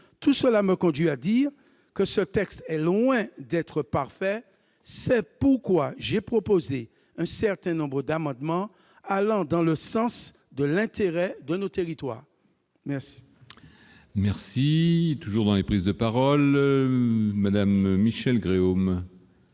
Tout cela me conduit à dire que ce texte est loin d'être parfait. C'est pourquoi j'ai proposé un certain nombre d'amendements allant dans le sens de l'intérêt de nos territoires. La parole est à Mme Michelle Gréaume,